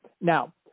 Now